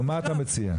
נו מה אתה מציע?